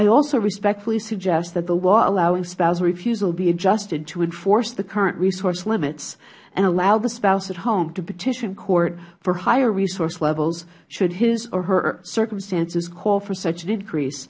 i also respectfully suggest that the law allowing spousal refusal be adjusted to enforce the current resource limit and allow the spouse at home to petition court for higher resource levels should his or her circumstances call for such an increase